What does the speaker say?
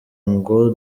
ngo